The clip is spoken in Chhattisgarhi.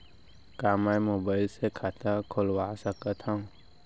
का मैं मोबाइल से खाता खोलवा सकथव?